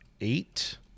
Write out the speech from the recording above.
eight